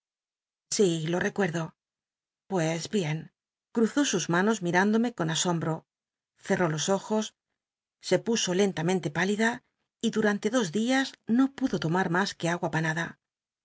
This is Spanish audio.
sí lo recuerdo pues bien cruzó sus manos mirándome con nsombro cerró los ojos se puso densamente páli biblioteca nacional de españa david copperfielo ten in una c utn en b mnuó da y duranle dos dias no pudo tomar mas que agua pn nada